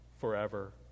forever